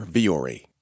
Viore